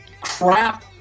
crap